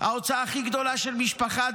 ההוצאה הכי גדולה של משפחה,